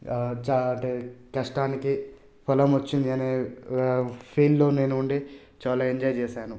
కష్టానికి ఫలం వచ్చింది అనే ఫీల్లో నేను ఉండే చాలా ఎంజాయ్ చేశాను